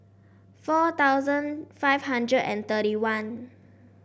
four thousand five hundred and thirty one